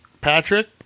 Patrick